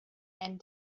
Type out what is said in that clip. and